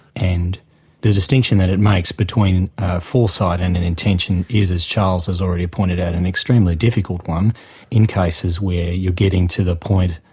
and the distinction that it makes between foresight and an intention is, as charles has already pointed out, an extremely difficult one in cases where you're getting to the point,